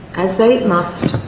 as they must,